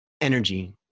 energy